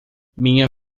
minha